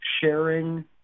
sharing